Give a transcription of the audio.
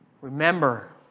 Remember